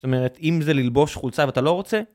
זאת אומרת, אם זה ללבוש חולצה ואתה לא רוצה...